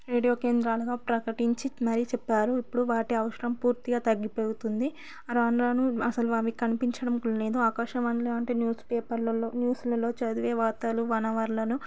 radio కేంద్రాలుగా ప్రకటించి మరి చెప్పారు ఇప్పుడు వాటి అవసరం పూర్తిగా తగ్గిపోతుంది రాను రాను అసలు అవి కనిపించడం లేదు ఆకాశవాణి లాంటి న్యూస్ పేపర్లలో న్యూసులలో చదివే వార్తా వనవరులను